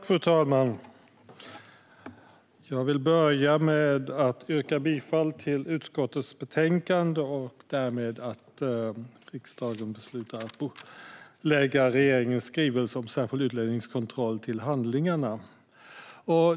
Fru talman! Jag vill börja med att yrka bifall till utskottets förslag och därmed att riksdagen beslutar att lägga regeringens skrivelse om särskild utlänningskontroll till handlingarna.